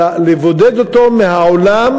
לבודד אותו מהעולם